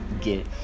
get